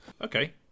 Okay